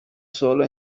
sólo